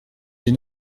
des